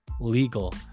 legal